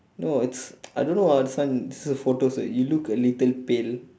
no it's I don't know ah this one this is a photo so you look a little pail